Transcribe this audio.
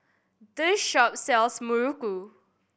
this shop sells muruku